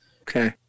Okay